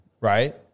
right